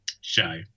show